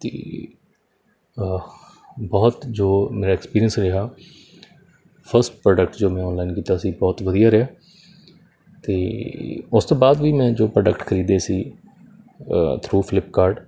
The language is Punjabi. ਅਤੇ ਬਹੁਤ ਜੋ ਮੇਰਾ ਐਕਸਪੀਰੀਅਂਸ ਰਿਹਾ ਫਸਟ ਪ੍ਰੋਡਕਟ ਜੋ ਮੈਂ ਆਨਲਾਈਨ ਕੀਤਾ ਸੀ ਬਹੁਤ ਵਧੀਆ ਰਿਹਾ ਅਤੇ ਉਸ ਤੋਂ ਬਾਅਦ ਵੀ ਮੈਂ ਜੋ ਪ੍ਰੋਡਕਟ ਖਰੀਦੇ ਸੀ ਥਰੂ ਫਲਿੱਪਕਾਰਟ